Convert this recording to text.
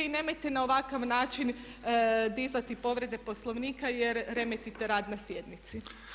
I nemojte na ovakav način dizati povrede Poslovnika jer remetite rad na sjednici.